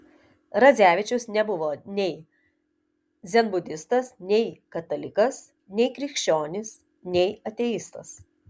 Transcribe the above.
radzevičius nebuvo nei dzenbudistas nei katalikas nei krikščionis nei ateistas